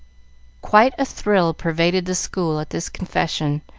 quite a thrill pervaded the school at this confession,